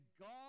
God